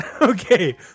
Okay